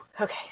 Okay